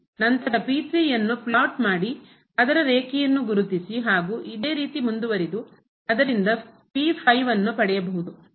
ನಂತರ ಯನ್ನು ಫ್ಲಾಟ್ ಮಾಡಿ ಅದರ ರೇಖೆಯನ್ನು ಗುರುತಿಸಿ ಹಾಗೂ ಇದೇ ರೀತಿ ಮುಂದುವರೆದು ಅದರಿಂದ ಅನ್ನು ಪಡೆಯಬಹುದು